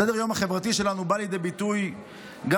סדר-היום החברתי שלנו בא לידי ביטוי גם